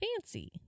fancy